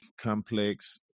complex